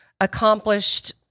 accomplished